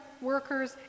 workers